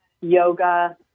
yoga